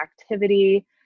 activity